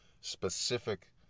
specific